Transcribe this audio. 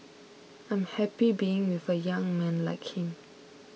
I'm happy being with a young man like him